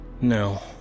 No